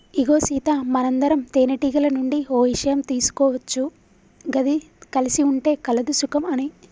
ఇగో సీత మనందరం తేనెటీగల నుండి ఓ ఇషయం తీసుకోవచ్చు గది కలిసి ఉంటే కలదు సుఖం అని